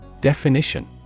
Definition